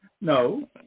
No